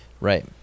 right